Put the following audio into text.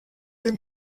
dem